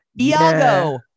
Iago